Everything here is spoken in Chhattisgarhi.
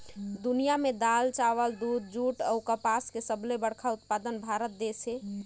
दुनिया में दाल, चावल, दूध, जूट अऊ कपास के सबले बड़ा उत्पादक भारत देश हे